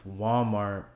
Walmart